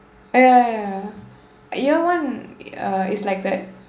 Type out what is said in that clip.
ya ya year one is like that